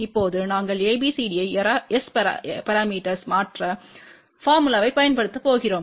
இப்போது நாங்கள் ABCDயை S பரமீட்டர்ஸ் மாற்று போர்முலாதைப் பயன்படுத்தப் போகிறோம்